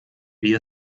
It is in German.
wie